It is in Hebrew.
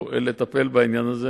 לדבר על הנושאים הללו.